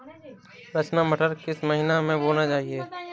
रचना मटर किस महीना में बोना चाहिए?